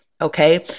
Okay